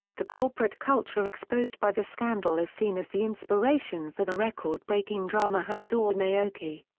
the corporate culture exposed by the scandal is seen as the inspiration for the record-breaking drama hanzawa naoki.